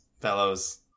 fellows